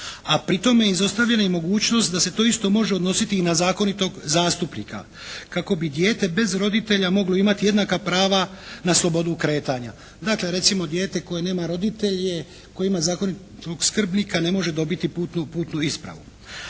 a pri tome izostavili mogućnost da se to isto može odnositi i na zakonitog zastupnika kako bi dijete bez roditelja moglo imati jednaka prava na slobodu kretanja. Dakle recimo dijete koje nema roditelje, koji ima zakonitog skrbnika ne može dobiti putnu ispravu.